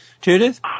Judith